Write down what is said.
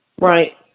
Right